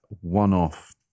one-off